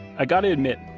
i got to admit,